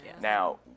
Now